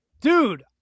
dude